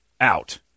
out